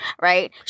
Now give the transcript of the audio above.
right